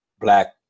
black